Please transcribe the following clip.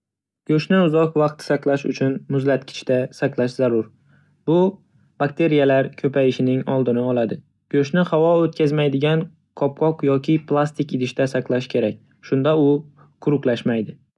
Go'shtni uzoq vaqt saqlash uchun muzlatgichda saqlash zarur. Bu bakteriyalar ko'payishining oldini oladi. Go'shtni havo o'tkazmaydigan qopqoq yoki plastik idishda saqlash kerak, shunda u quruqlashmaydi.